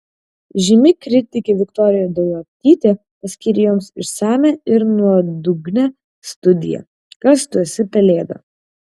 žymi kritikė viktorija daujotytė paskyrė joms išsamią ir nuodugnią studiją kas tu esi pelėda